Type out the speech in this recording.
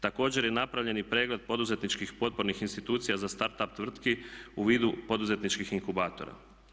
Također je napravljen i pregled poduzetničkih potpornih institucija za start up tvrtki u vidu poduzetničkih inkubatora.